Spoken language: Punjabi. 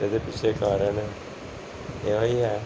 ਇਹਦੇ ਪਿੱਛੇ ਕਰਨ ਇਹੋ ਹੀ ਹੈ